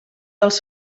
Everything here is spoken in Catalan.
dels